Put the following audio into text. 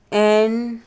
N